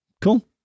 Cool